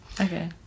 Okay